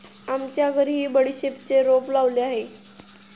आमच्या घरीही बडीशेपचे रोप लावलेले आहे